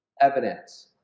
evidence